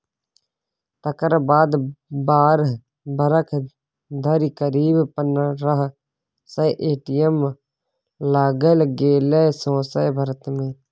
तकर बाद बारह बरख धरि करीब पनरह सय ए.टी.एम लगाएल गेलै सौंसे भारत मे